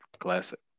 Classic